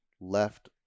left